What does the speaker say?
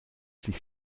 sich